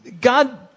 God